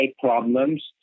problems